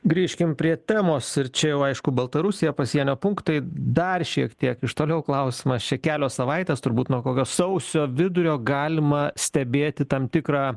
grįžkim prie temos ir čia jau aišku baltarusija pasienio punktai dar šiek tiek iš toliau klausimas čia kelios savaitės turbūt nuo kokio sausio vidurio galima stebėti tam tikrą